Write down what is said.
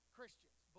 Christians